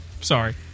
sorry